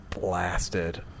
blasted